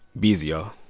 be easy, um